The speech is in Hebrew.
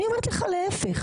אני אומרת לך להפך.